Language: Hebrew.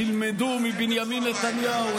תלמדו מבנימין נתניהו,